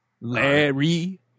Larry